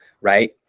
right